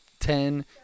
ten